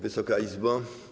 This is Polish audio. Wysoka Izbo!